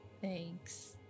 Thanks